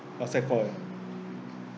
sec~ four